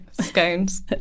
Scones